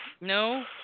no